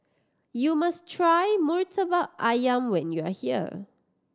you must try Murtabak Ayam when you are here